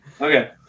Okay